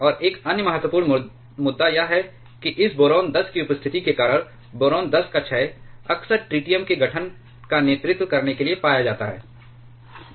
और एक अन्य महत्वपूर्ण मुद्दा यह है कि इस बोरान 10 की उपस्थिति के कारण बोरान 10 का क्षय अक्सर ट्रिटियम के गठन का नेतृत्व करने के लिए पाया जाता है